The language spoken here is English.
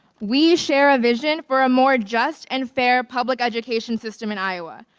we share a vision for a more just and fair public education system in iweb.